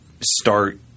start